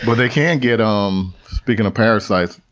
but they can get, um speaking of parasites,